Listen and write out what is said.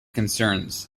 concerns